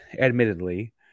admittedly